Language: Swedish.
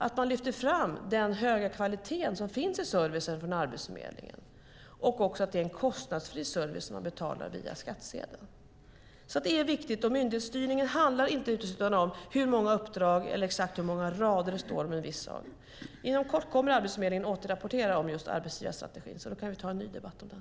Man måste lyfta fram den höga kvalitet som finns i servicen från Arbetsförmedlingen och att det är en kostnadsfri service som man betalar via skattsedeln. Detta är viktigt. Myndighetsstyrningen handlar inte uteslutande uppdrag eller exakt hur många rader det står om en viss sak. Inom kort kommer Arbetsförmedlingen att återrapportera om just arbetsgivarstrategin, så då kan vi ta en ny debatt om den.